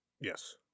Yes